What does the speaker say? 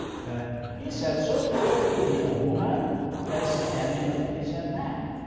ah he said, sophie ought to be a woman as emile is a man.